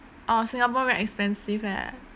orh singapore very expensive eh